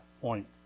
point